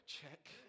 Check